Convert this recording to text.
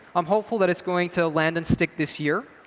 i'm hopeful that it's going to land and stick this year.